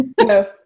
No